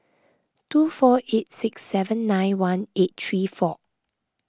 two four eight six seven nine one eight three four